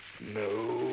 No